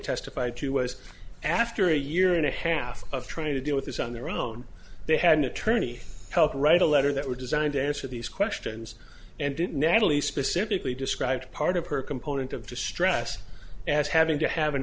testified to was after a year and a half of trying to deal with this on their own they had an attorney help write a letter that were designed to answer these questions and did natalie specifically described part of her component of distress as having to have an